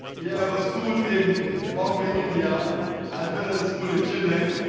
yeah have a school in? bombay india as well as a school in chennai.